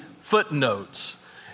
footnotes